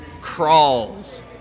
Crawls